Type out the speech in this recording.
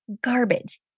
garbage